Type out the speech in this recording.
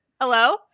hello